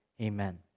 amen